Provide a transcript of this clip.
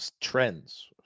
trends